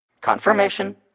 Confirmation